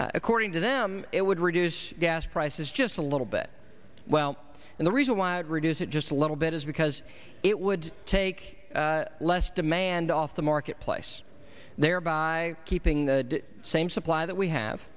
according to them it would reduce gas prices just a little bit well and the reason why reduce it just a little bit is because it would take less demand off the marketplace thereby keeping the same supply that we have